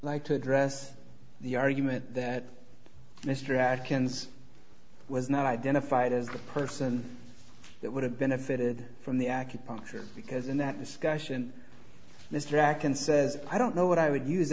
like to address the argument that mr atkins was not identified as the person that would have benefited from the acupuncture because in that discussion mr jack and says i don't know what i would use